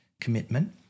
commitment